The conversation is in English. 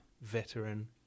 veteran